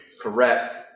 correct